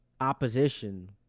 opposition